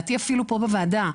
ולדעתי אפילו פה בוועדה,